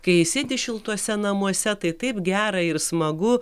kai sėdi šiltuose namuose tai taip gera ir smagu